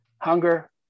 hunger